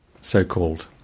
so-called